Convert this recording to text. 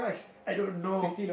I don't know